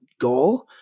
goal